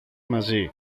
μαζί